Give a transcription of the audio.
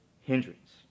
hindrance